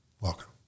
Welcome